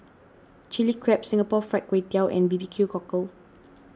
Chilli Crab Singapore Fried Kway Tiao and B B Q Cockle